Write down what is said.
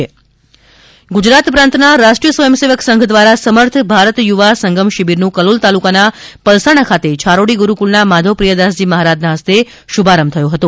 શિબિર ગુજરાત પ્રાંતના રાષ્ટ્રીય સ્વયંસેવક સંધ દ્વારા સમર્થ ભારત યુવા સંગમ શીબીરનું કલોલ તાલુકાના પલસાણા ખાતે છારોડી ગુરુકુલના માધવ પ્રિયદાસજી મહારાજના હસ્તે શુભારંભ થયો હતો